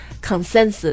consensus